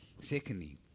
Secondly